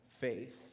faith